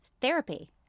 therapy